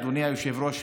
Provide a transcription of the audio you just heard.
אדוני היושב-ראש,